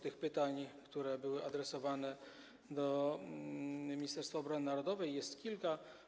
Tych pytań, które były adresowane do Ministerstwa Obrony Narodowej, jest kilka.